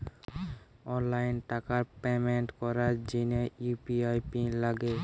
online টাকার payment করার জিনে ইউ.পি.আই পিন লাগে